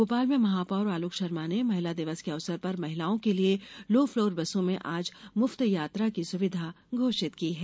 भोपाल में महापौर आलोक शर्मा ने महिला दिवस के अवसर पर महिलाओं के लिए लो फ़्लोर बसों में आज मुफ़्त यात्रा की सुविधा घोषित की है